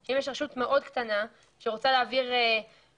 כי אם יש רשות מאוד קטנה שרוצה להעביר חובות